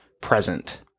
present